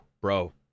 Bro